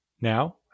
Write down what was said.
now